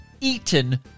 eaten